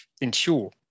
ensure